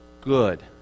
good